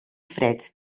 freds